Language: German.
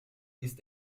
ist